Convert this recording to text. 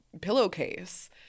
pillowcase